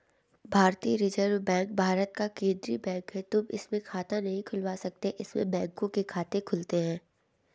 भारतीय reserve bank Bharat का केन्द्रीय बैंक है, तुम इसमें खाता नहीं खुलवा सकते इसमें बैंकों के खाते खुलते हैं